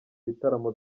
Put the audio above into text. bitaramo